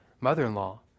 mother-in-law